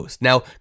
Now